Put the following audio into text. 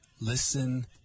listen